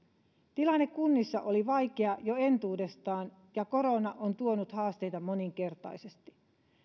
tilanne kunnissa oli vaikea jo entuudestaan ja korona on tuonut haasteita moninkertaisesti